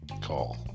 call